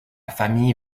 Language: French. famille